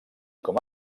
com